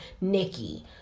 Nikki